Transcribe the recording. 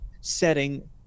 setting